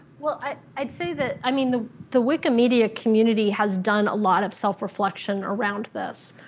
well, i'd say that, i mean the the wikimedia community has done a lot of self-reflection around this.